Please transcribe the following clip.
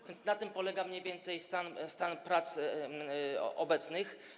A więc na tym polega mniej więcej stan prac obecnych.